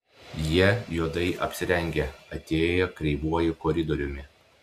jie juodai apsirengę atėję kreivuoju koridoriumi